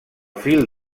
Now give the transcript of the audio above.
fil